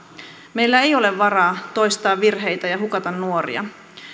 meillä ei ole varaa toistaa virheitä ja hukata nuoria